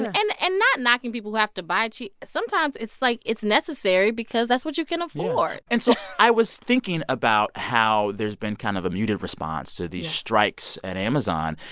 and and not knocking people who have to buy cheap sometimes it's, like it's necessary because that's what you can afford and so i was thinking about how there's been kind of a muted response to these strikes at amazon.